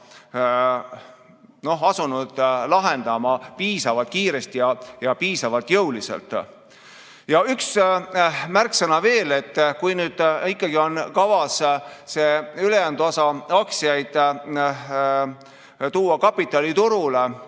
lahendama piisavalt kiiresti ja piisavalt jõuliselt. Üks märksõna veel. Kui nüüd ikkagi on kavas see ülejäänud osa aktsiaid tuua kapitaliturule,